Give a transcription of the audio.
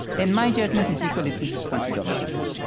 in my judgment, is equal at least to twenty dollars of aid,